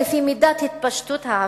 לפי מידת התפשטות העבירה,